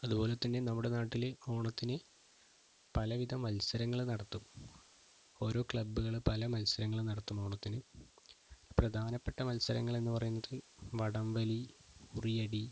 അതുപോലെത്തന്നെ നമ്മുടെ നാട്ടിൽ ഓണത്തിന് പലവിധ മത്സരങ്ങൾ നടത്തും ഓരോ ക്ലബ്ബുകൾ പല മത്സരങ്ങൾ നടത്തും ഓണത്തിന് പ്രധാനപ്പെട്ട മത്സരങ്ങൾ എന്നു പറയുന്നത് വടംവലി ഉറിയടി